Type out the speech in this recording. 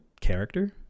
character